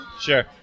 Sure